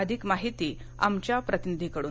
अधिक माहिती आमच्या प्रतिनिधीकडन